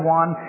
one